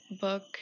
book